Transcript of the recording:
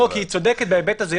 היא צודקת בהיבט הזה.